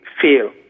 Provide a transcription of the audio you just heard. feel